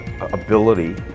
ability